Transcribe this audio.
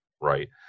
Right